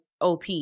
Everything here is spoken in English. op